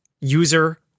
user